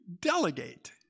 delegate